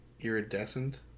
Iridescent